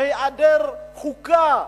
בהיעדר חוקה.